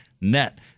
net